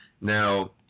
Now